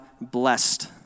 blessed